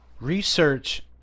Research